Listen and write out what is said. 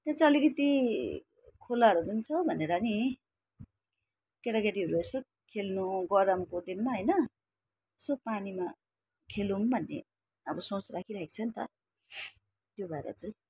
त्यो चाहिँ अलिकति खुलाहरू पनि छ भनेर पनि केटा केटीहरू यसो खेल्नु गरमको दिनमा होइन यसो पानीमा खेलौँ भन्ने अब सोच राखिराखेको छ पनि त त्यो भएर चाहिँ